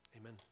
Amen